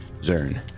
Zern